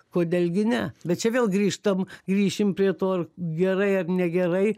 kodėl gi ne bet čia vėl grįžtam grįšim prie to ar gerai ar negerai